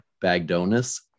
Bagdonis